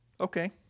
okay